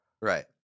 Right